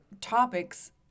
topics